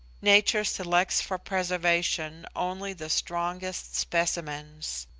nature selects for preservation only the strongest specimens.